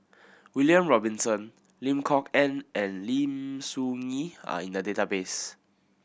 William Robinson Lim Kok Ann and Lim Soo Ngee are in the database